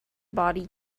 body